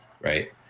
right